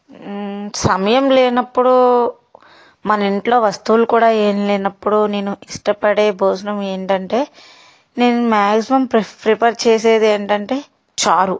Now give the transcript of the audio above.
సమయం లేనప్పుడు మన ఇంట్లో వస్తువులు కూడా ఏమి లేనప్పుడు నేను ఇష్టపడే భోజనం ఏంటి అంటే నేను మాక్సిమం ప్రిఫర్ చేసేది ఏంటి అంటే చారు